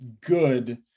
good